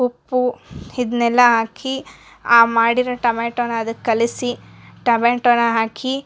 ಉಪ್ಪು ಇದನ್ನೆಲ್ಲ ಹಾಕಿ ಆ ಮಾಡಿರೋ ಟೊಮೆಟೊನ ಅದಕ್ಕೆ ಕಲಿಸಿ ಟೊಮೆಟೊನ ಹಾಕಿ